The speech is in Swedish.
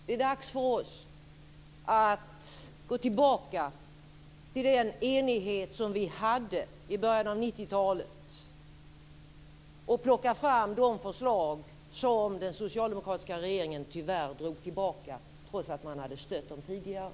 Det är dags för oss att gå tillbaka till den enighet som vi hade i början av 90-talet och plocka fram de förslag som den socialdemokratiska regeringen tyvärr drog tillbaka, trots att den hade stött dem tidigare.